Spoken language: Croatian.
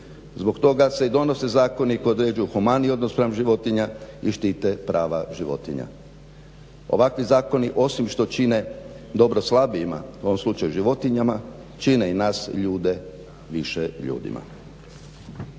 Zbog toga se i donose zakoni koji određuju humaniji odnos prema životinja i štite prava životinja. Ovakvi zakoni osim što čine dobro slabijima u ovom slučaju životinjama čine i nas ljude više ljudima.